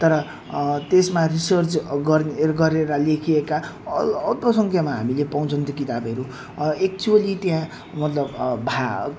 तर त्यसमा रिसर्च गर्ने गरेर लेखिएका अ अल्प सङ्ख्यामा हामीले पाउँछौँ त्यो किताबहरू एक्चुअली त्यहाँ मतलब भा